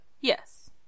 Yes